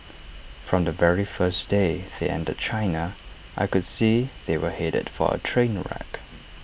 from the very first day they entered China I could see they were headed for A train wreck